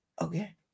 okay